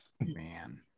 man